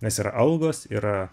nes yra algos yra